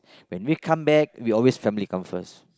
when we come back we always family come first